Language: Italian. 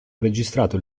registrato